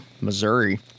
Missouri